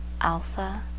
alpha